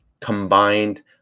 combined